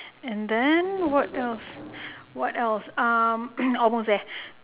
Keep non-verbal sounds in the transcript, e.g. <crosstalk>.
and then what else what else um <coughs> almost there